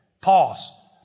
Pause